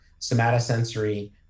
somatosensory